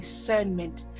discernment